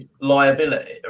liability